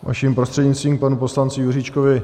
Vaším prostřednictvím, panu poslanci Juřičkovi.